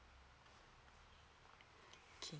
okay